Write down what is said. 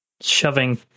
Shoving